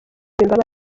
imbabazi